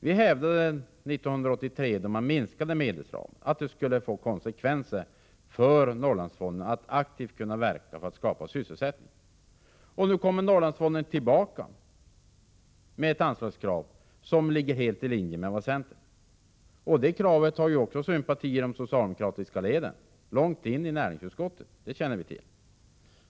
Vi hävdade 1983 då medelsramen minskades att det skulle få konsekvenser för Norrlandsfondens möjligheter att aktivt verka för att skapa sysselsättning. Nu kommer Norrlandsfonden tillbaka med ett anslagskrav som ligger helt i linje med vad centern krävt. För det kravet finns det ju sympatier också i de socialdemokratiska leden i näringsutskottet. Det känner vi till.